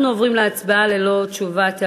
אנחנו עוברים להצבעה ללא תשובת הממשלה.